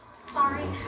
Sorry